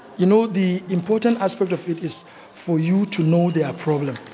you know the important aspect of it is for you to know their problem.